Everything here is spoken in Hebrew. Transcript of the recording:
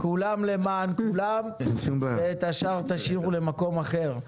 כולם למען כולם ואת השאר תשאירו למקום אחר.